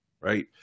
right